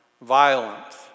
violence